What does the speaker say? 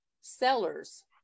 sellers